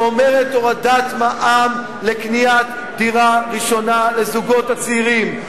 שאומרת הורדת מע"מ על קניית דירה ראשונה לזוגות צעירים.